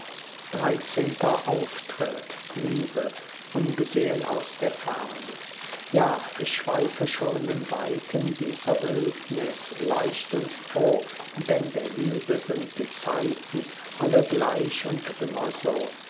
dreizehnter auftritt liebe ungesehen aus der ferne ja ich schweife schon im weiten dieser wildnis leicht und froh denn der liebe sind die zeiten alle gleich und immer so